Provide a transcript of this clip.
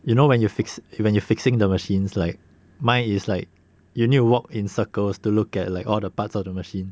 you know when you fix it when you fixing the machines like mine is like you need to walk in circles to look at like all the parts of the machine